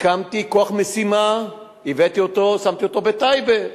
הקמתי כוח משימה, שמתי אותו בטייבה.